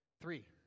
Three